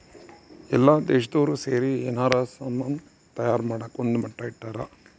ಎಲ್ಲ ದೇಶ್ದೊರ್ ಸೇರಿ ಯೆನಾರ ಸಾಮನ್ ತಯಾರ್ ಮಾಡಕ ಒಂದ್ ಮಟ್ಟ ಇಟ್ಟರ